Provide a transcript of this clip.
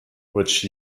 which